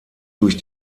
durch